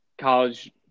college